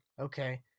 Okay